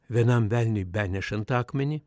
vienam velniui benešant akmenį